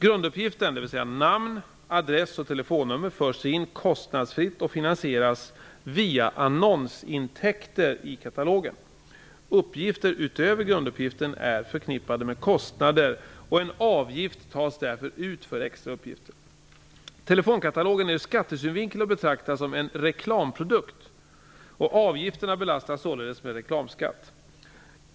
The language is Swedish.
Grunduppgiften, dvs. namn, adress och telefonnummer, förs in kostnadsfritt och finansieras via annonsintäkter i katalogen. Uppgifter utöver grunduppgiften är förknippade med kostnader, och en avgift tas därför ut för extra uppgifter. Telefonkatalogen är ur skattesynvinkel att betrakta som en reklamprodukt och avgifterna belastas således med reklamskatt.